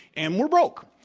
and we're broke.